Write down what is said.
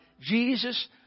Jesus